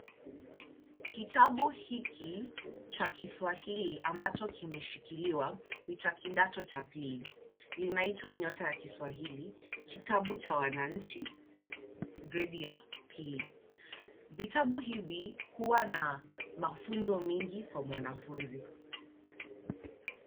Kitabu hiki cha Kiswahili ambacho kimeshikiliwa ni cha kidato cha pili. Linaitwa Nyota ya Kiswahili kitabu cha wananchi gredi ya pili. Vitabu hivi huwa na mafunzo mingi kwa mwanafunzi.